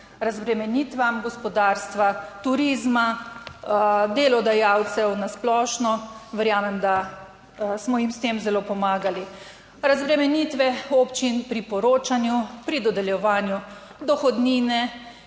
razbremenitvam gospodarstva, turizma, delodajalcev na splošno, verjamem, da smo jim s tem zelo pomagali, razbremenitve občin pri poročanju pri dodeljevanju dohodnine